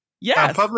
Yes